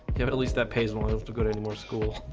have at least that pays one of the good anymore school